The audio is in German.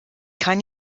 kann